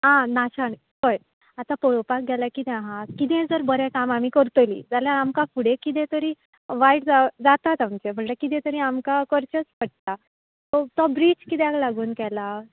आं नाशा पळय आतां पळोवपाक गेल्या कितें आसा कितेंय जर बरें काम आमी करतलीं जाल्या आमकां फुडें कितें तरी वायट जावं जाताच आमचें म्हणल्यार कितें तरी आमकां करचेंच पडटा सो तो ब्रीज कित्याक लागून केलां